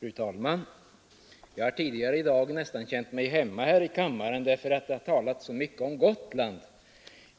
Fru talman! Jag har tidigare i dag nästan känt mig hemma här i kammaren, eftersom det har talats så mycket om Gotland.